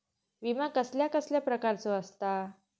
विमा कसल्या कसल्या प्रकारचो असता?